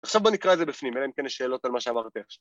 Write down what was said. עכשיו בוא נקרא את זה בפנים, אלא אם כן יש שאלות על מה שאמרתי עכשיו.